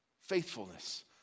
faithfulness